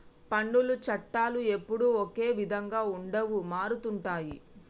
పన్నుల చట్టాలు ఎప్పుడూ ఒకే విధంగా ఉండవు మారుతుంటాయి